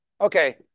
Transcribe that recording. Okay